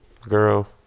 Girl